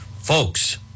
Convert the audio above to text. Folks